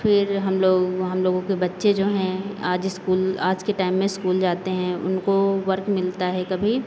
फिर हम लोग हम लोगों के बच्चे जो है आज इस्कूल आज के टाइम में इस्कूल जाते हैं उनको वर्क मिलता है कभी